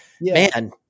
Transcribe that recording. Man